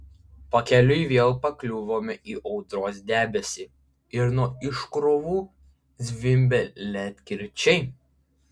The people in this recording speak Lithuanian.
pakeliui vėl pakliuvome į audros debesį ir nuo iškrovų zvimbė ledkirčiai